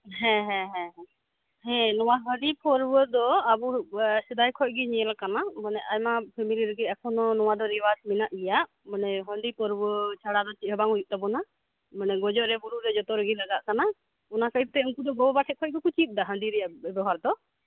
ᱦᱮᱸ ᱦᱮᱸ ᱦᱮᱸ ᱦᱮᱸ ᱱᱚᱣᱟ ᱦᱟᱹᱰᱤ ᱯᱟᱹᱣᱨᱟᱹ ᱫᱚ ᱟᱵᱚ ᱥᱮᱫᱟᱭ ᱠᱷᱚᱱ ᱜᱮ ᱧᱮᱞ ᱠᱟᱱᱟ ᱢᱟᱱᱮ ᱟᱭᱢᱟ ᱯᱷᱮᱢᱮᱞᱤ ᱨᱮᱜᱮ ᱱᱚᱣᱟ ᱥᱮᱨᱣᱟ ᱢᱮᱱᱟᱜ ᱜᱮᱭᱟ ᱢᱟᱱᱮ ᱦᱟᱸᱹᱰᱤ ᱯᱟᱹᱣᱨᱟ ᱪᱷᱟᱰᱟ ᱫᱚ ᱪᱮᱫ ᱦᱚᱸ ᱵᱟᱝ ᱦᱩᱭᱩᱜ ᱛᱟᱵᱳᱱᱟ ᱢᱟᱱᱮ ᱜᱚᱡᱚᱜ ᱨᱮ ᱵᱩᱨᱩᱜ ᱨᱮ ᱡᱚᱛᱚᱨᱮ ᱞᱟᱜᱟᱜ ᱠᱟᱱᱟ ᱚᱱᱟᱛᱮ ᱩᱱᱠᱩ ᱫᱚ ᱜᱚ ᱵᱟᱵᱟ ᱴᱷᱮᱡ ᱜᱮᱠᱚ ᱪᱮᱫ ᱫᱟ ᱦᱟᱸᱰᱤ ᱨᱮᱭᱟᱜ ᱵᱮᱵᱚᱦᱟᱨ ᱫᱚ